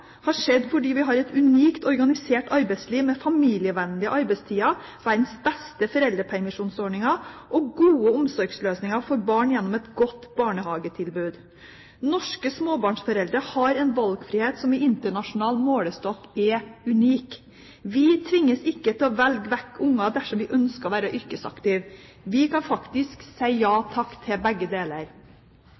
har skjedd fordi vi har et unikt organisert arbeidsliv med familievennlige arbeidstider, verdens beste foreldrepermisjonsordninger og gode omsorgsløsninger for barn gjennom et godt barnehagetilbud. Norske småbarnsforeldre har en valgfrihet som i internasjonal målestokk er unik. Vi tvinges ikke til å velge vekk barn dersom vi ønsker å være yrkesaktive. Vi kan faktisk si ja takk til begge deler.